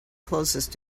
closest